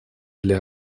для